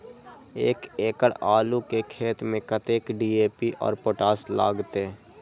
एक एकड़ आलू के खेत में कतेक डी.ए.पी और पोटाश लागते?